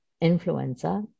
influenza